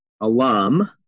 alum